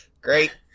great